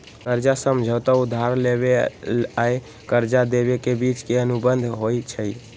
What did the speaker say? कर्जा समझौता उधार लेबेय आऽ कर्जा देबे के बीच के अनुबंध होइ छइ